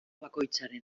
bakoitzaren